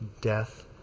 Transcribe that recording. death